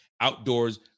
Outdoors